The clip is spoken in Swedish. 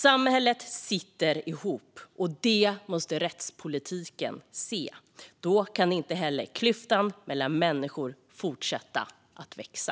Samhället sitter ihop, och detta måste rättspolitiken se. Då kan inte klyftan mellan människor fortsätta att växa.